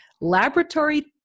Laboratory